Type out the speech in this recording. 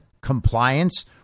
compliance